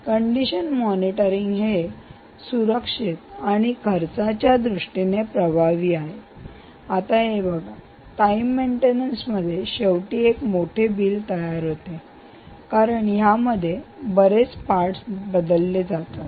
condition monitoring हे सुरक्षित आणि खर्चाच्या दृष्टीने प्रभावी आहे आता हे बघा टाईम मेंटेनन्स मध्ये शेवटी एक मोठे बिल तयार होते कारण यामध्ये बरेच पार्ट्स बदलले जातात